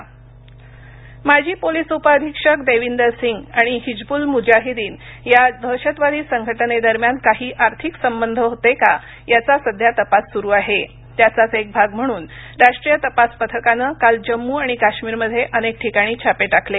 NIA छापे माजी police उपअधीक्षक देविंदर सिंग आणि हिज्ब्ल म्जाहिदिन या दहशतवादी संघटनेदरम्यान काही आर्थिक संबंध होते का याचा सध्या तपास सुरू आहे त्याचाच एक भाग म्हणून राष्ट्रीय तपास पथकानं काल जम्मू आणि काश्मीरमध्ये अनेक ठिकाणी छापे टाकले